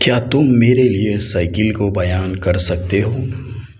کیا تم میرے لیے سائیکل کو بیان کر سکتے ہو